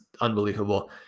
unbelievable